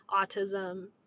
autism